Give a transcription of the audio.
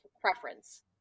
preference